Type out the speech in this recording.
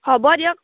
হ'ব দিয়ক